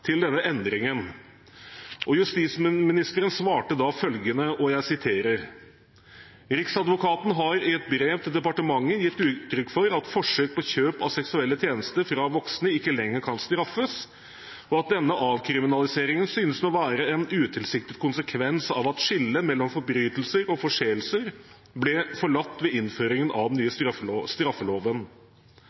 til denne endringen. Justisministeren svarte da følgende: «Riksadvokaten har i et brev til departementet gitt uttrykk for at forsøk på kjøp av seksuelle tjenester fra voksne ikke lenger kan straffes, og at denne avkriminaliseringen synes å være en utilsiktet konsekvens av at skillet mellom forbrytelser og forseelser ble forlatt ved innføringen av den nye straffeloven.